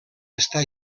està